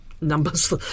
numbers